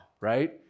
right